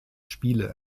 spiele